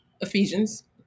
Ephesians